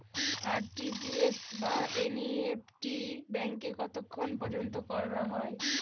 RTGS বা NEFT ব্যাংকে কতক্ষণ পর্যন্ত করা যায়?